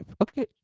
okay